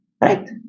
Right